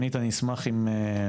שנית, אני אשמח אם בתוך,